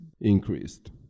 increased